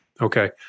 Okay